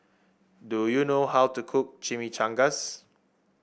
do you know how to cook Chimichangas